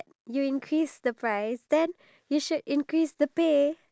boss or your C_E_O of the company that you working in